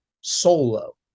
solo